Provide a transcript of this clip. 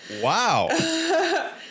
Wow